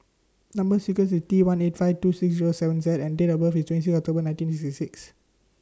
Number sequence IS T one eight five two six Zero seven Z and Date of birth IS twenty six October nineteen sixty six